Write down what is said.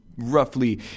Roughly